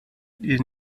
ihr